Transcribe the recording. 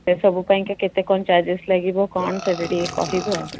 ସେସବୁ ପାଇଁକା କେତେ କ'ଣ ଚାର୍ଜେସ୍ ଲାଗିବ କ'ଣ ସେଟା ଟିକେ କହିବେ ଆଉ